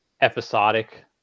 episodic